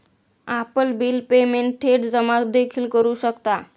आपण bill payment थेट जमा देखील करू शकता